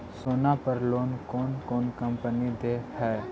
सोना पर लोन कौन कौन कंपनी दे है?